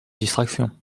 distraction